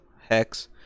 hex